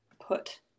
put